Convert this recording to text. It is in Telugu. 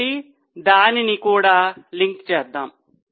కాబట్టి దానిని కూడా లింక్ చేద్దాం